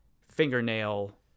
fingernail